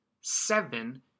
seven